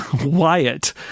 Wyatt